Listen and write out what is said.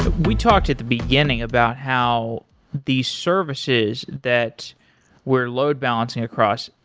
we talked at the beginning about how these services that we're load-balancing across,